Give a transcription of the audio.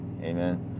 amen